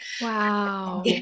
Wow